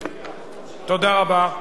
אני מקבל את החשבון שלך, תודה רבה.